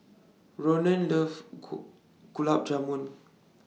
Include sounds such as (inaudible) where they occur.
Ronan loves (unintelligible) Gulab Jamun